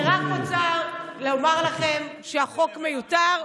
אני רק רוצה לומר לכם שהחוק מיותר,